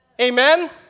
Amen